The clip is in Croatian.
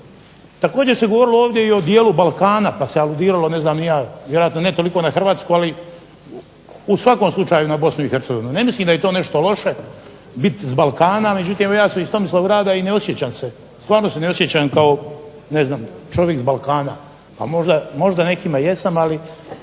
također se govorilo ovdje i o dijelu Balkana, pa se aludiralo ne znam ni ja, vjerojatno ne toliko na Hrvatsku, ali u svakom slučaju na Bosnu i Hercegovinu. Ne mislim da je to nešto loše biti s Balkana, međutim evo ja sam iz Tomislavgrada i ne osjećam se, stvarno se ne osjećam kao ne znam čovjek s Balkana. Pa možda nekima jesam, ali